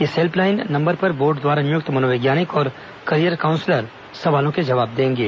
इस helpline number पर board द्वारा नियुक्त मनोवैज्ञानिक और करिअर काउंसलर सवालों का जवाब देंगे